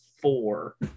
four